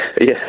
yes